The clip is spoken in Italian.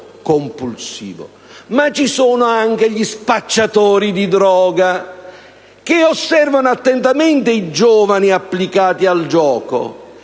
ma anche gli spacciatori di droga, che osservano attentamente i giovani applicati al gioco